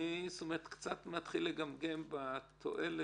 אני קצת מתחיל לגמגם בתועלת.